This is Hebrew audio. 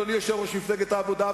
אדוני יושב-ראש מפלגת העבודה,